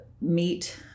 meet